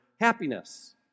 happiness